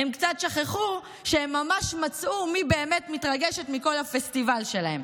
הם קצת שכחו שהם ממש מצאו מי באמת מתרגשת מכל הפסטיבל שלהם.